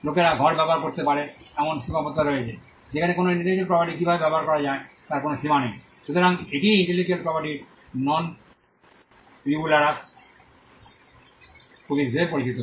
লোকেরা ঘর ব্যবহার করতে পারে এমন সীমাবদ্ধতা রয়েছে যেখানে কোনও ইন্টেলেকচুয়াল প্রপার্টি কীভাবে ব্যবহার করা যায় তার কোনও সীমা নেই সুতরাং এটিই ইন্টেলেকচুয়াল প্রপার্টির নন রাইভালরাস প্রকৃতি হিসাবে পরিচিত